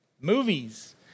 movies